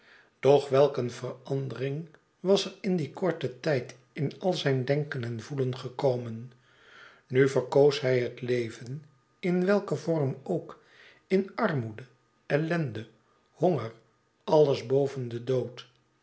doch welk een verandering was er in dien korten tijd in al zijn denken en voelen gekomen nu verkoos hij het leven in welken vorm ook in armoede ellende honger alles boven den dood